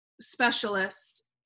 specialists